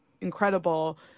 incredible